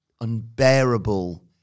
unbearable